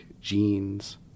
genes